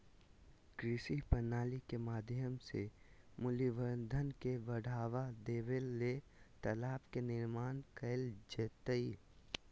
कृषि प्रणाली के माध्यम से मूल्यवर्धन के बढ़ावा देबे ले तालाब के निर्माण कैल जैतय